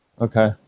okay